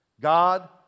God